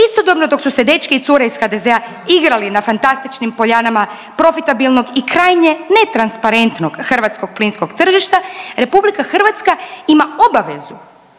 istodobno dok su se dečki i cure iz HDZ-a igrali na fantastičnim poljanama profitabilnog i krajnje netransparentnog hrvatskog plinskog tržišta RH ima obavezu